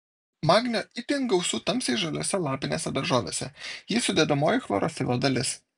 magnio itin gausu tamsiai žaliose lapinėse daržovėse jis sudedamoji chlorofilo dalis